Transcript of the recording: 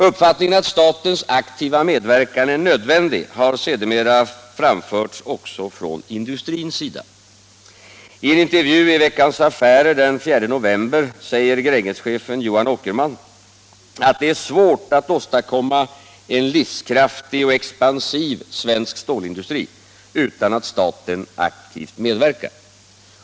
Uppfattningen att statens aktiva medverkan är nödvändig har sedermera framförts också från industrins sida. I en intervju i Veckans Affärer den 4 november säger Grängeschefen Johan Åkerman att det är svårt att åstadkomma en livskraftig och expansiv svensk stålindustri utan att staten aktivt medverkar.